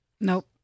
Nope